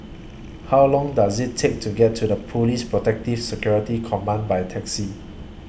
How Long Does IT Take to get to The Police Protective Security Command By Taxi